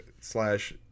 slash